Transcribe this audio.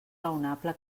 raonable